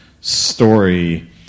story